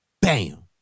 Bam